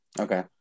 Okay